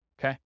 Okay